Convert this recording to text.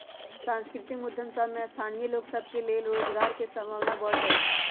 सांस्कृतिक उद्यम सभ में स्थानीय लोग सभ के लेल रोजगार के संभावना बढ़ जाइ छइ